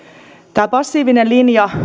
tämä passiivinen linja